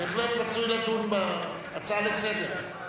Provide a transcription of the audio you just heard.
בהחלט רצוי לדון בהצעה לסדר-היום.